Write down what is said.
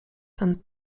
ten